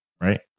right